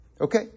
Okay